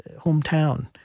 hometown